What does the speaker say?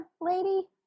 lady